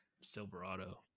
Silverado